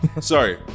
sorry